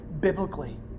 biblically